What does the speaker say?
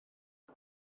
wyt